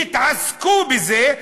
יתעסקו בזה,